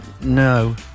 No